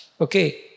okay